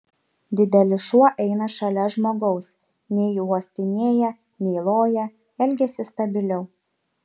didelis šuo eina šalia žmogaus nei uostinėją nei loja elgiasi stabiliau